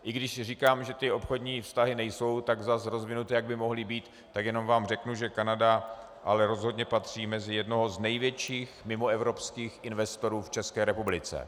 I když říkám, že obchodní vztahy nejsou zas tak rozvinuté, jak by mohly být, tak jenom vám řeknu, že Kanada rozhodně patří mezi jednoho z největších mimoevropských investorů v České republice.